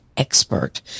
expert